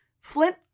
Flint